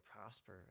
prosper